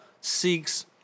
seeks